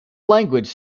language